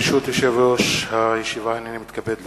ברשות יושב-ראש הישיבה, הנני מתכבד להודיע,